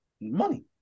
money